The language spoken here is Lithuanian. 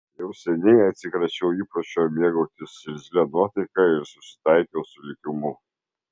jau seniai atsikračiau įpročio mėgautis irzlia nuotaika ir susitaikiau su likimu